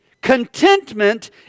Contentment